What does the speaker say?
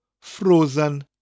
Frozen